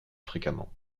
fréquemment